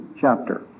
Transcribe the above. chapter